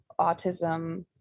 autism